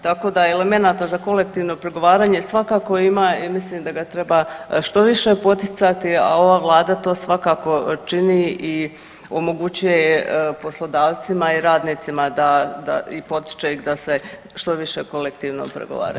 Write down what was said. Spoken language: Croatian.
Tako da elemenata za kolektivno pregovaranje svakako ima i mislim da ga treba što više poticati, a ova vlada to svakako čini i omogućuje poslodavcima i radnicima da, da i potiče ih da se što više kolektivno pregovaraju.